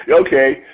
Okay